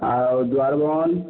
ଆଉ ଦୁଆର୍ ବନ୍ଧ୍